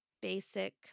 basic